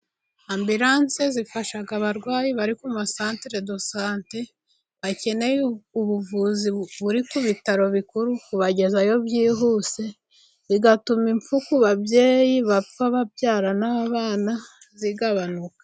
Amburance zifasha abarwayi bari ku masantere dosante, bakeneye ubuvuzi buri ku bitaro bikuru, kubagezayo byihuse, bigatuma imfu ku babyeyi bapfa babyara n'abana zigabanuka.